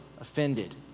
offended